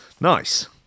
Nice